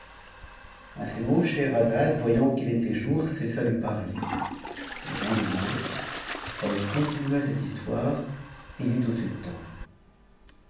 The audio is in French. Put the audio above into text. a ces mots scheherazade voyant qu'il était jour cessa de parler lr lendemain elle continua cette histoire et dit au sultan